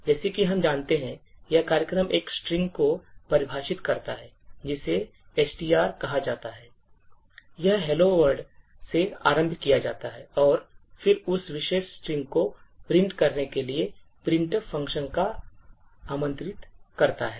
जैसा कि हम जानते हैं यह कार्यक्रम एक string को परिभाषित करता है जिसे str कहा जाता है यह hello world से आरंभ किया जाता है और फिर उस विशेष string को प्रिंट करने के लिए printf function को आमंत्रित करता है